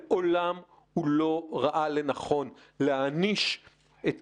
מעולם הוא לא ראה לנכון להעניש את